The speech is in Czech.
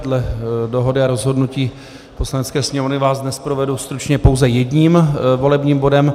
Dle dohody a rozhodnutí Poslanecké sněmovny vás dnes provedu stručně pouze jedním volebním bodem.